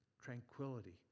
tranquility